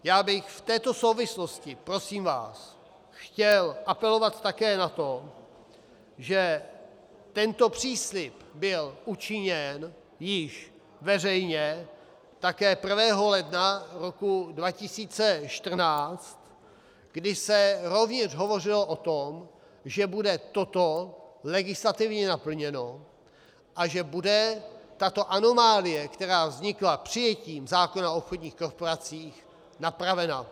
Já bych v této souvislosti prosím vás chtěl apelovat také na to, že tento příslib byl učiněn již veřejně také 1. ledna roku 2014, kdy se rovněž hovořilo o tom, že bude toto legislativně naplněno a že bude tato anomálie, která vznikla přijetím zákona o obchodních korporacích, napravena.